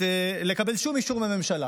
לקבל שום אישור מהממשלה.